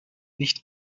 nicht